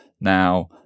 Now